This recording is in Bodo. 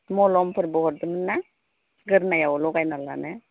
मलमफोरबो हरदोंमोनना गोदोनायाव लागायना लानो